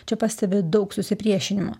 čia pastebi daug susipriešinimo